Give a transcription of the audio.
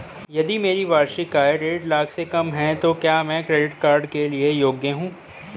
यदि मेरी वार्षिक आय देढ़ लाख से कम है तो क्या मैं क्रेडिट कार्ड के लिए योग्य हूँ?